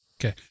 Okay